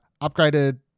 Upgraded